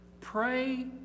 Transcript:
Pray